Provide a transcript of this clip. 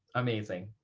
amazing.